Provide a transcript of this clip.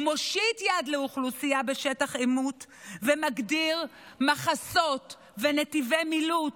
הוא מושיט יד לאוכלוסייה בשטח עימות ומגדיר מחסות ונתיבי מילוט,